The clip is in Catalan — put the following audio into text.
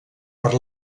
per